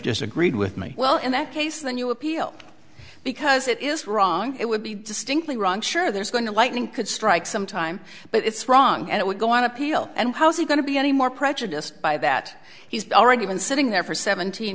disagreed with me well in that case then you appeal because it is wrong it would be distinctly wrong sure there's going to lightning could strike some time but it's wrong and it would go on appeal and how is he going to be any more prejudiced by that he's already been sitting there for seventeen